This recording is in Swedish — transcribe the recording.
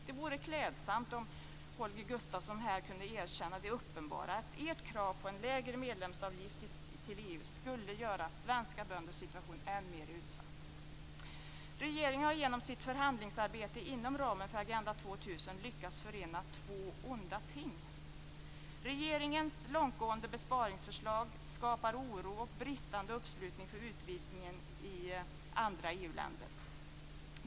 Det vore klädsamt om Holger Gustafsson kunde erkänna det uppenbara att ert krav på en lägre medlemsavgift till EU skulle göra svenska bönders situation än mer utsatt! Regeringen har genom sitt förhandlingsarbete inom ramen för Agenda 2000 lyckats förena två onda ting. Regeringens långtgående besparingsförslag skapar oro och bristande uppslutning för utvidgningen i andra EU-länder.